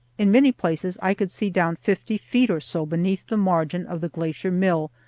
in many places i could see down fifty feet or so beneath the margin of the glacier-mill,